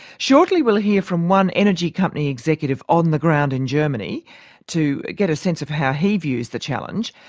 shortly we'll hear from one energy company executive on the ground in germany to get a sense of how he views the challenge,